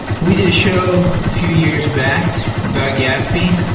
we did show a few years back about gatsby.